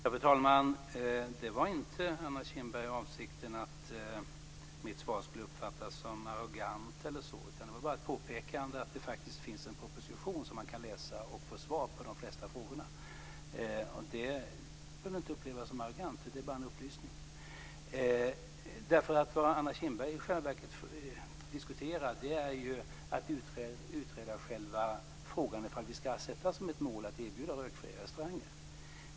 Fru talman! Avsikten var inte, Anna Kinberg, att mitt svar skulle uppfattas som arrogant eller så, utan jag ville bara påpeka att det faktiskt finns en proposition som man kan läsa och där man kan få svar på de flesta frågorna. Det behöver väl inte upplevas som arrogant, utan det var bara en upplysning. Vad Anna Kinberg i själva verket diskuterar är utredandet av själva frågan om vi ska ha målet att erbjuda rökfria restauranger.